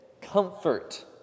Comfort